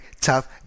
tough